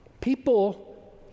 People